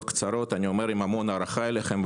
קצרות אני אומר עם המון הערכה אליכם,